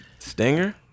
Stinger